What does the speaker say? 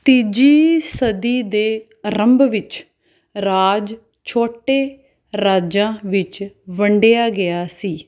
ਤੀਜੀ ਸਦੀ ਦੇ ਅਰੰਭ ਵਿੱਚ ਰਾਜ ਛੋਟੇ ਰਾਜਾਂ ਵਿੱਚ ਵੰਡਿਆ ਗਿਆ ਸੀ